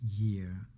year